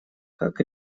как